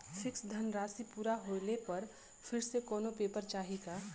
Fix धनराशी पूरा होले पर फिर से कौनो पेपर चाही का?